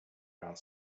around